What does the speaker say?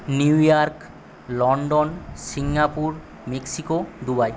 new York London Singapore Mexico Dubai